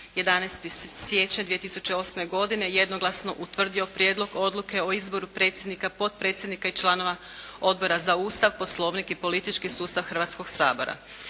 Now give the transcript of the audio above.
11. siječnja 2008. godine jednoglasno utvrdio Prijedlog odluke o izboru predsjednika, potpredsjednika i članova Odbora za Ustav, poslovnik i politički sustav Hrvatskoga sabora.